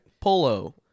Polo